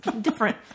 Different